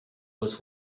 was